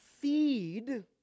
feed